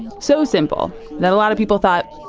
so simple that a lot of people thought,